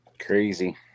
Crazy